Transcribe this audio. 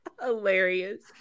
Hilarious